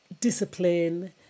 Discipline